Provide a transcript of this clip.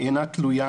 היא אינה תלויה,